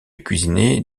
cuisiner